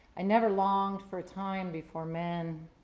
i never longed for a time before men.